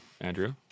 Andrew